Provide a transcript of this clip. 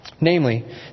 Namely